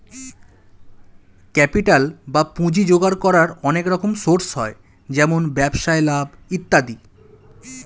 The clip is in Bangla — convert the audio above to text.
ক্যাপিটাল বা পুঁজি জোগাড় করার অনেক রকম সোর্স হয়, যেমন ব্যবসায় লাভ ইত্যাদি